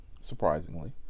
Surprisingly